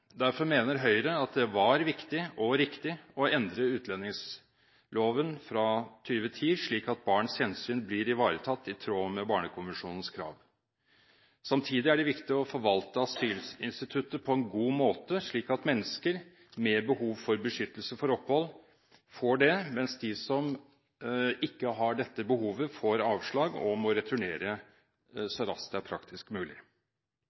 Derfor mener Høyre at det var viktig og riktig å endre utlendingsloven fra 2010, slik at barns hensyn blir ivaretatt i tråd med barnekonvensjonens krav. Samtidig er det viktig å forvalte asylinstituttet på en god måte, slik at mennesker med behov for beskyttelse får opphold, mens de som ikke har dette behovet, får avslag og må returnere så raskt det er praktisk mulig.